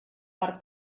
per